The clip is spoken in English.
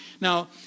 Now